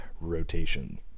rotation